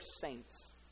saints